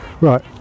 Right